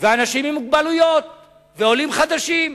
ואנשים עם מוגבלויות ועולים חדשים.